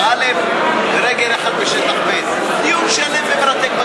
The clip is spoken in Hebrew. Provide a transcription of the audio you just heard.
א' ורגל שנייה בשטח ב' דיון שלם ומרתק בגמרא.